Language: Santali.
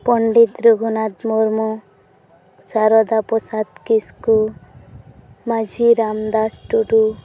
ᱯᱚᱸᱰᱤᱛ ᱨᱚᱜᱷᱩᱱᱟᱛᱷ ᱢᱩᱨᱢᱩ ᱥᱟᱨᱚᱫᱟ ᱯᱨᱨᱚᱥᱟᱫ ᱠᱤᱥᱠᱩ ᱢᱟᱹᱡᱷᱤ ᱨᱟᱢᱫᱟᱥ ᱴᱩᱰᱩ